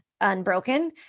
Unbroken